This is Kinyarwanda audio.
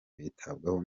bitabwaho